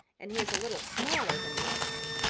and he is a little smaller than redeye.